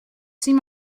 seen